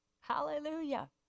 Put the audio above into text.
Hallelujah